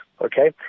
okay